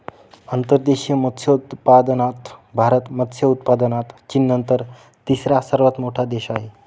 अंतर्देशीय मत्स्योत्पादनात भारत मत्स्य उत्पादनात चीननंतर तिसरा सर्वात मोठा देश आहे